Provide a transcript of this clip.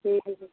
हूँ हूँ हूँ